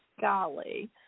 Golly